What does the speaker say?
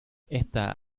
esta